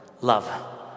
Love